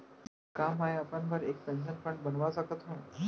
का मैं अपन बर एक पेंशन फण्ड बनवा सकत हो?